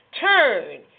turn